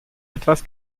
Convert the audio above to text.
etwas